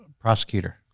prosecutor